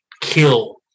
kill